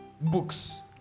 books